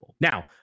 Now